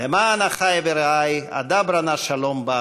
למען אחי ורעי אדברה נא שלום בך.